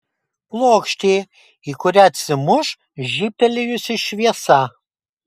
plokštė į kurią atsimuš žybtelėjusi šviesa